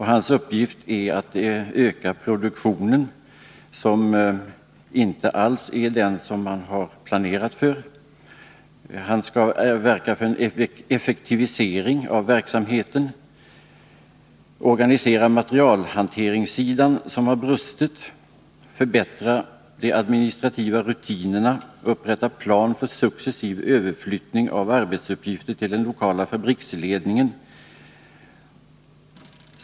Hans uppgift är att öka produktionen, som inte alls överensstämmer med den planerade. Man skall verka för en effektivisering av verksamheten, organisera materialhanteringssidan där det har brustit, förbättra de administrativa rutinerna och upprätta en plan för successiv överflyttning av arbetsuppgifter till den lokala fabriksledningen.